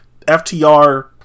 FTR